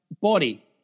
body